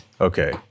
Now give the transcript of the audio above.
okay